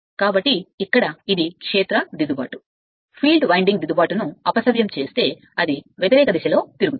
కాబట్టి ఇక్కడ ఇది క్షేత్ర దిద్దుబాటు ఫీల్డ్ వైండింగ్ దిద్దుబాటును అపసవ్యం చేస్తే అది వ్యతిరేక దిశలో తిరుగుతుంది